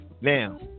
now